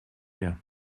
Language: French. rien